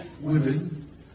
women